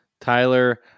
Tyler